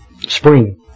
spring